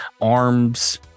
arms